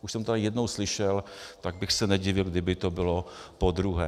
Už jsem to tady jednou slyšel, tak bych se nedivil, kdyby to bylo podruhé.